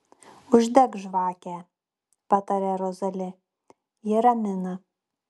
uždek žvakę pataria rozali ji ramina